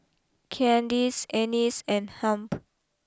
Candyce Ennis and Hamp